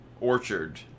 orchard